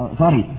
sorry